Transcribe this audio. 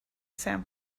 san